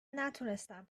نتونستم